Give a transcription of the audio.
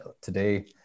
today